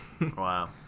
Wow